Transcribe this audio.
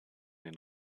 den